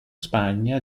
spagna